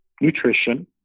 nutrition